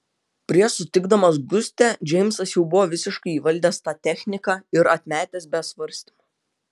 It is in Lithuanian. prieš sutikdamas gustę džeimsas jau buvo visiškai įvaldęs tą techniką ir atmetęs be svarstymų